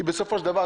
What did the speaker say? כי בסופו של דבר,